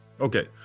Okay